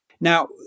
Now